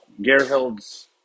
Gerhild's